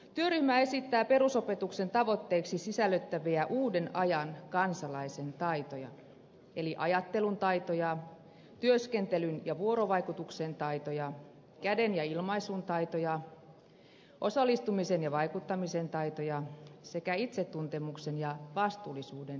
työryhmä esittää perusopetuksen tavoitteiksi sisällytettäviä uuden ajan kansalaisen taitoja eli ajattelun taitoja työskentelyn ja vuorovaikutuksen taitoja käden ja ilmaisun taitoja osallistumisen ja vaikuttamisen taitoja sekä itsetuntemuksen ja vastuullisuuden taitoja